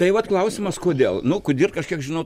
tai vat klausimas kodėl nu kudirka aš kiek žinau